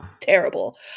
terrible